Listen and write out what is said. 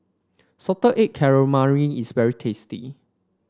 Salted Egg Calamari is very tasty